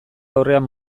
aurrean